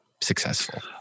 successful